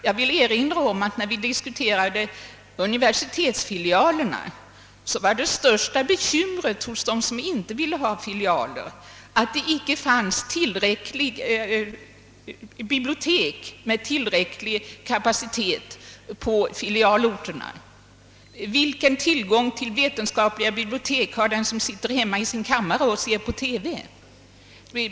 Jag vill erinra om att när vi diskuterade universitetsfilialerna var det största bekymret hos dem som inte ville ha filialer att det inte fanns bibliotek med tillräcklig kapacitet på filialorterna. Vilken tillgång på vetenskapligt bibliotek har den som sitter i sin kammare och ser på TV?